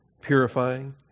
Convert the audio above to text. purifying